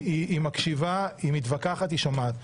היא מקשיבה, היא מתווכחת, שומעת.